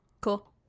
Cool